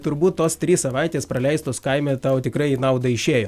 turbūt tos trys savaitės praleistos kaime tau tikrai į naudą išėjo